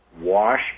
wash